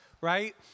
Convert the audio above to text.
right